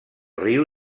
riu